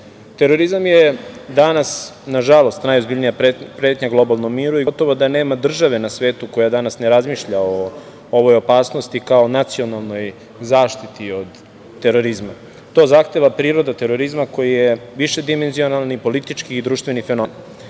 terorizma. Terorizam je danas, nažalost, najozbiljnija pretnja globalnom miru i gotovo da nema države na svetu koja danas ne razmišlja o ovoj opasnosti kao nacionalnoj zaštiti od terorizma. To zahteva priroda terorizma koji je višedimenzionalni, politički i društveni